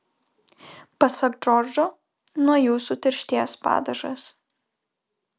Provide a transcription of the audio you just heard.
pasak džordžo nuo jų sutirštės padažas